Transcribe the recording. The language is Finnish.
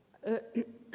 e p